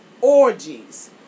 orgies